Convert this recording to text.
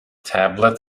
tablet